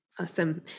Awesome